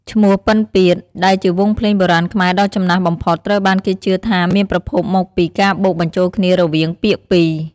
ឈ្មោះ "ពិណពាទ្យ" ដែលជាវង់ភ្លេងបុរាណខ្មែរដ៏ចំណាស់បំផុត ត្រូវបានគេជឿថាមានប្រភពមកពីការបូកបញ្ចូលគ្នារវាងពាក្យពីរ។